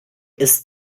ist